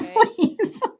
please